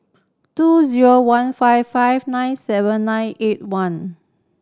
two zero one five five nine seven nine eight one